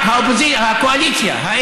הקואליציה.